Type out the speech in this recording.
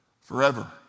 Forever